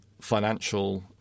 financial